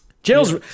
Jail's